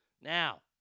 Now